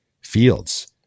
fields